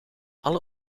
alle